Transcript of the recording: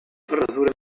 ferradura